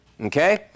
Okay